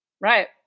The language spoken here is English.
Right